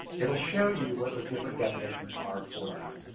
it'll show you what the different definitions are for that.